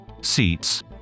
Seats